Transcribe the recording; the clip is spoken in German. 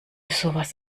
sowas